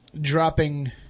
dropping